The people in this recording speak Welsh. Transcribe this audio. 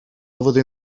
flwyddyn